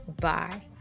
Bye